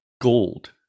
gold